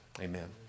amen